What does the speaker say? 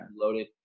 loaded